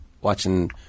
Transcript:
watching